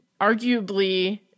arguably